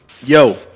Yo